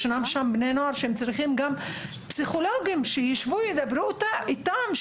ישנם שם בני נוער שצריכים גם פסיכולוגים שישבו וידברו איתם,